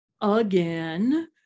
again